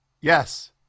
Yes